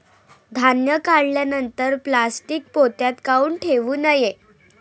धान्य काढल्यानंतर प्लॅस्टीक पोत्यात काऊन ठेवू नये?